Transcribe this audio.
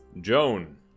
Joan